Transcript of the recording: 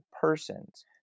persons